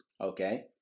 Okay